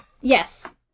Yes